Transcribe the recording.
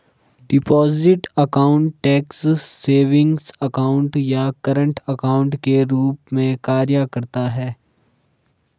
deposit account tax savings account या current account के रूप में कार्य करता है